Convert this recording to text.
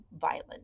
violent